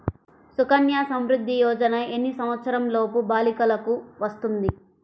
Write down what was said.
సుకన్య సంవృధ్ది యోజన ఎన్ని సంవత్సరంలోపు బాలికలకు వస్తుంది?